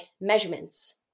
measurements